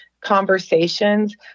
conversations